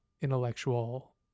intellectual